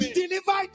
deliver